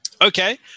okay